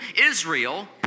Israel